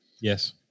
yes